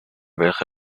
welche